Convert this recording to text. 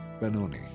Benoni